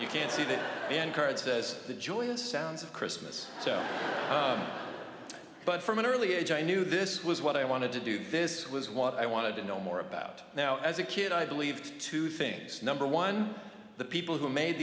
you can see that in cards as the joyous sounds of christmas so but from an early age i knew this was what i wanted to do this was what i wanted to know more about now as a kid i believed two things number one the people who made